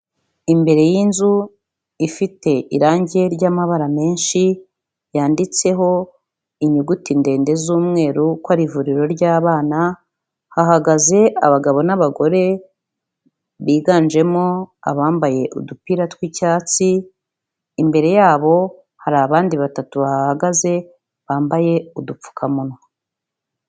Imbere y'inzu ifite irange ry'amabara menshi, yanditseho inyuguti ndende z'umweru ko ari ivuriro ry'abana, hahagaze abagabo n'abagore biganjemo abambaye udupira tw'icyatsi, imbere yabo hari abandi batatu bahahagaze bambaye udupfukamunwa.